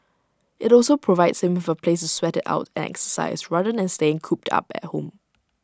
IT also provides him with A place to sweat IT out and exercise rather than staying cooped up at home